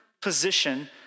position